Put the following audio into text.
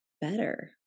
better